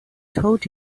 told